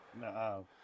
No